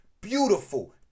beautiful